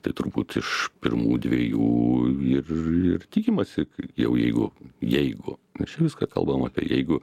tai turbūt iš pirmų dviejų ir ir tikimasi kad jau jeigu jeigu ir išvis ką kalbam apie jeigu